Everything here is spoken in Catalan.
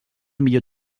millor